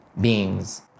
beings